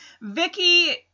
Vicky